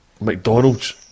McDonald's